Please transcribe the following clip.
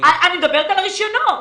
אני מדברת על הרישיונות.